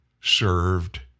served